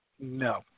No